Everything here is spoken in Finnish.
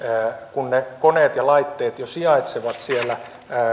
kun ne koneet ja laitteet jo sijaitsevat siellä